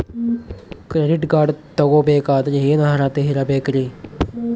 Credit card ತೊಗೋ ಬೇಕಾದರೆ ಏನು ಅರ್ಹತೆ ಇರಬೇಕ್ರಿ?